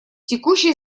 текущий